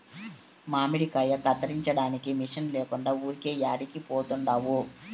మామిడికాయ కత్తిరించడానికి మిషన్ లేకుండా ఊరికే యాడికి పోతండావు